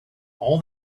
all